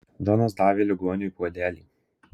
džonas davė ligoniui puodelį